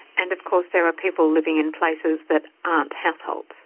and of course there are people living in places that aren't households